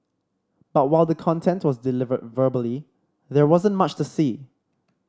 but while the content was delivered verbally there wasn't much to see